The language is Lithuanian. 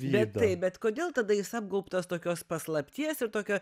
bet taip bet kodėl tada jis apgaubtas tokios paslapties ir tokio